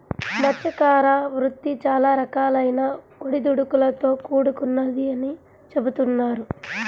మత్స్యకార వృత్తి చాలా రకాలైన ఒడిదుడుకులతో కూడుకొన్నదని చెబుతున్నారు